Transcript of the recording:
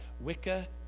Wicca